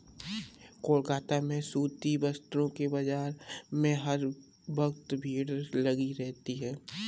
कोलकाता में सूती वस्त्रों के बाजार में हर वक्त भीड़ लगी रहती है